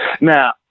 Now